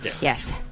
Yes